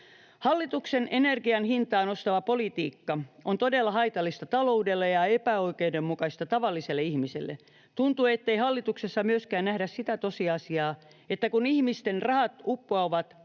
Hallituksen energian hintaa nostava politiikka on todella haitallista taloudelle ja epäoikeudenmukaista tavalliselle ihmiselle. Tuntuu, ettei hallituksessa myöskään nähdä sitä tosiasiaa, että kun ihmisten rahat uppoavat kasvavassa